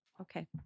Okay